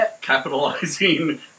capitalizing